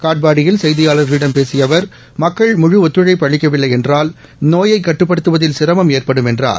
காட்பாடியில் செய்தியாளர்களிடம் பேசிய அவர் மக்கள் முழு ஒத்துழைப்பு அளிக்கவில்லை என்றால் நோயை கட்டுப்படுத்துவதில் சிரமம் ஏற்படும் என்றார்